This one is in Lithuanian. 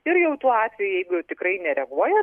ir jau tuo atveju jeigu tikrai nereaguoja